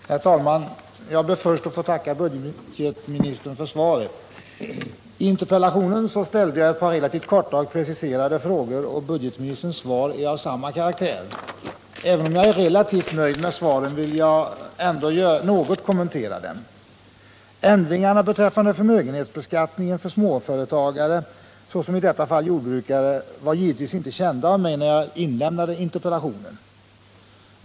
Nr 30 Herr talman! Jag ber först att få tacka budgetministern för svaret. Fredagen den I interpellationen ställde jag ett par relativt korta och preciserade frågor, 18 november 1977 och budgetministerns svar är av samma karaktär. Aven om jag är relativt — nöjd med svaren vill jag något kommentera dem. Om översyn av vissa Ändringarna beträffande förmögenhetsbeskattningen för småföretaga deklarationsregler re, såsom i detta fall jordbrukare, var givetvis inte kända av mig när för jordbrukare jag inlämnade interpellationen.